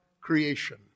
creation